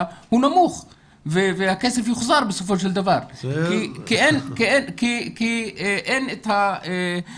הוא נמוך והכסף יוחזר בסופו של דבר כי אין את הנכונות